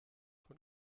von